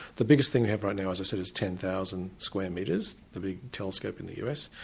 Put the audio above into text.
the biggest thing we have right now, as i said, is ten thousand square metres, the big telescope in the us,